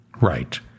Right